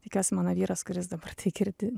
tikiuosi mano vyras kuris dabar tai girdi